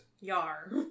Yar